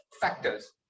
factors